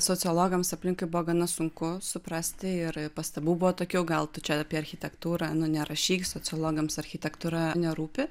sociologams aplinkui buvo gana sunku suprasti ir pastabų buvo tokių gal tu čia apie architektūrą nu nerašyk sociologams architektūra nerūpi